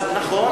אז נכון,